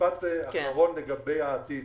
משפט אחרון לגבי העתיד.